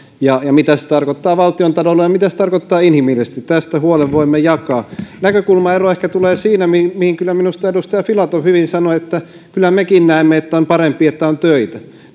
ja ja mitä se tarkoittaa valtiontaloudelle ja mitä se tarkoittaa inhimillisesti tästä huolen voimme jakaa näkökulmaero ehkä tulee siinä mihin mihin kyllä minusta edustaja filatov hyvin sanoi että kyllä mekin näemme että on parempi että on töitä